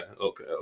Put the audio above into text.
okay